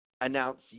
announce